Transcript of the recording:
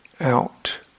out